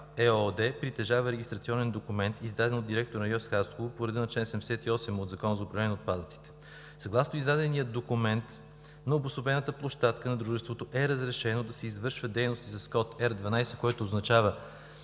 ЕООД притежава регистрационен документ, издаден от директора на РИОСВ – Хасково, по реда на чл. 78 от Закона за управление на отпадъците. Съгласно издадения документ на обособената площадка на дружеството е разрешено да извършва дейности с код R12, което означава